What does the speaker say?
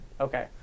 Okay